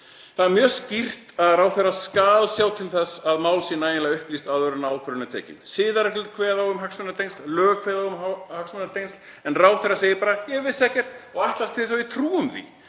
Það er mjög skýrt að ráðherra skal sjá til þess að mál sé nægilega upplýst áður en ákvörðun er tekin. Siðareglur kveða á um hagsmunatengsl, lög kveða á um hagsmunatengsl en ráðherra segir bara „ég vissi ekkert“ og ætlast til þess að við trúum því.